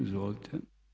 Izvolite.